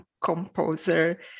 composer